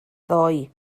ddoe